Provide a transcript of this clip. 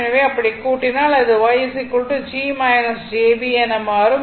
எனவே இப்படி கூடினால் அது Yg j b என மாறும்